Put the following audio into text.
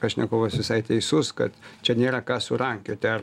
pašnekovas visai teisus kad čia nėra ką surankioti ar